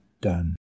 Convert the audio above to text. done